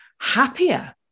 happier